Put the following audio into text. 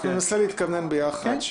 אנחנו ננסה להתכוונן ביחד.